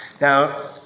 now